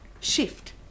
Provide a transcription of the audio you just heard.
shift